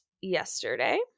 yesterday